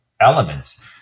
elements